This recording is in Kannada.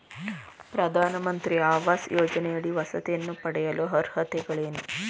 ಪ್ರಧಾನಮಂತ್ರಿ ಆವಾಸ್ ಯೋಜನೆಯಡಿ ವಸತಿಯನ್ನು ಪಡೆಯಲು ಅರ್ಹತೆಗಳೇನು?